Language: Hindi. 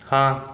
हाँ